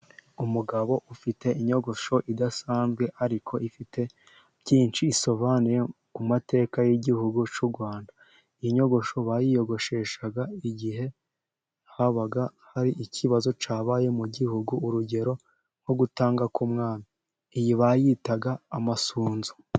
Umugabo ufite inyogosho idasanzwe ariko ifite byinshi isobanuye ku mateka y'igihugu cy'u rwanda, inyogosho bayiyogosheshaga igihe habaga hari ikibazo cyabaye mu gihugu, urugero nko gutanga k'umwami iyi bayitaga amasunzu.